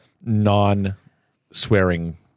non-swearing